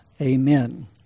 amen